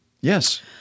yes